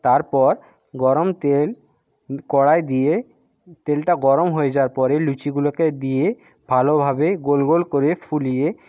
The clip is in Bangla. তারপর গরম তেল কড়ায় দিয়ে তেলটা গরম হয়ে যাওয়ার পরে লুচিগুলোকে দিয়ে ভালোভাবে গোল গোল করে ফুলিয়ে